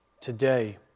today